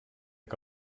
que